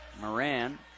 Moran